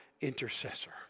intercessor